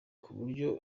kuburyo